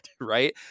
right